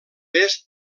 est